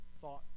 thought